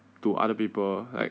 to other people like